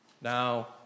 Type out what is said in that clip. now